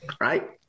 right